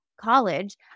college